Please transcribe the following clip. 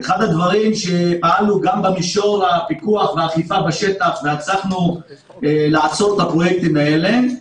פעלנו גם במישור הפיקוח והאכיפה בשטח והצלחנו לעצור את הפרויקטים האלה.